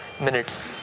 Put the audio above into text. minutes